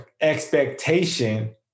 expectation